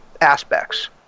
aspects